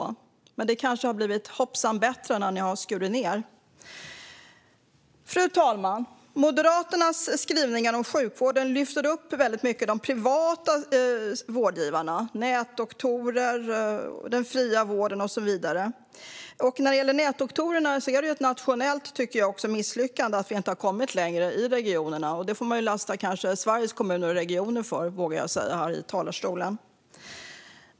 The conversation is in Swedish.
Men hoppsan, det kanske har blivit bättre sedan ni har skurit ned. Fru talman! Moderaternas skrivningar om sjukvården lyfter fram de privata vårdgivarna, nätdoktorer, den fria vården och så vidare. När det gäller nätdoktorerna är det ett nationellt misslyckande att vi inte har kommit längre i regionerna. Jag vågar säga här i talarstolen att man kanske får lasta Sveriges Kommuner och Regioner för detta.